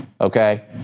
okay